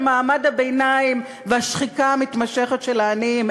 מעמד הביניים והשחיקה המתמשכת של העניים?